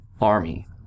army